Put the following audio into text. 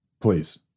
please